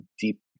deep